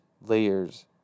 layers